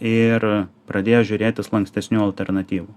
ir pradėjo žiūrėtis lankstesnių alternatyvų